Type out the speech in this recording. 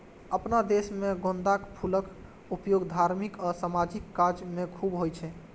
अपना देश मे गेंदाक फूलक उपयोग धार्मिक आ सामाजिक काज मे खूब होइ छै